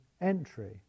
entry